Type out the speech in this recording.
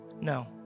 No